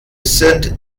sind